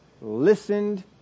listened